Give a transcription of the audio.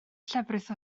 llefrith